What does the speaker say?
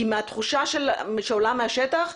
כי מהתחושה שעולה מהשטח,